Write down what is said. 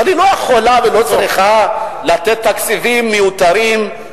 אבל היא לא יכולה ולא צריכה לתת תקציבים מיותרים,